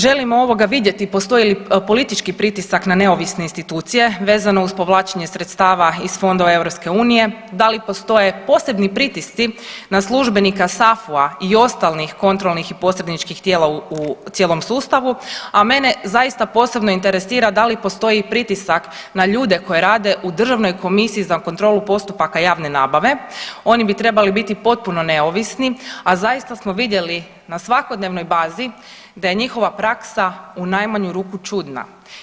Želimo ovoga vidjeti postoji li politički pritisak na neovisne institucije vezano uz povlačenje sredstava iz fondova EU, da li postoje posebni pritisci na službenika SAFU-a i ostalih kontrolnih i posredničkih tijela u cijelom sustavu, a mene zaista posebno interesira da li postoji i pritisak na ljude koji rade u Državnoj komisiji za kontrolu postupaka javne nabave, oni bi trebali biti potpuno neovisno, a zaista smo vidjeli na svakodnevnoj bazi da je njihova praksa u najmanju ruku čudna.